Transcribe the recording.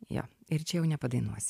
jo ir čia jau nepadainuosi